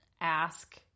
ask